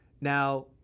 Now